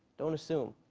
don't assume.